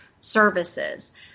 services